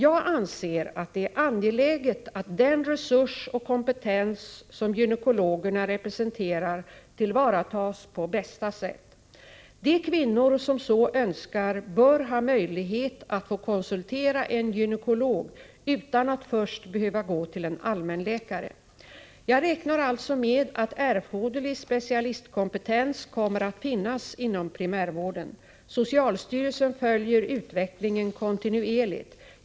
Jag anser att det är angeläget att den resurs och kompetens som gynekologerna representerar tillvaratas på bästa sätt. De kvinnor som så önskar bör ha möjlighet att få konsultera en gynekolog utan att först behöva gå till en allmänläkare. Jag räknar alltså med att erforderlig specialistkompetens kommer att finnas inom primärvården. Socialstyrelsen följer utvecklingen kontinuerligt.